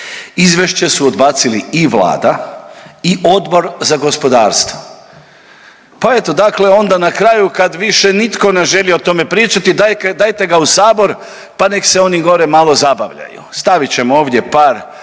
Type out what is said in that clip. Izvješće su odbacili i vlada i Odbor za gospodarstvo, pa eto dakle onda na kraju kad više nitko ne želi o tome pričati dajete ga u sabor, pa nek se oni gore malo zabavljaju, stavit ćemo ovdje par